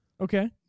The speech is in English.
Okay